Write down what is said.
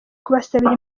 kubisabira